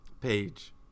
page